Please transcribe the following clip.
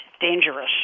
dangerous